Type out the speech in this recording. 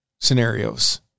scenarios